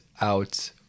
out